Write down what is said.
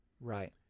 Right